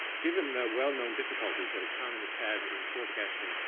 given the well-known difficulties that economists have in forecasting